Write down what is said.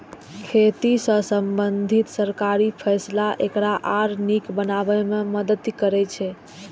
खेती सं संबंधित सरकारी फैसला एकरा आर नीक बनाबै मे मदति करै छै